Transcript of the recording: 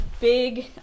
big